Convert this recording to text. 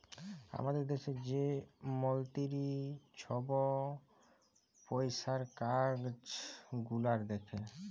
আমাদের দ্যাশে যে মলতিরি ছহব পইসার কাজ গুলাল দ্যাখে